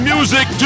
Music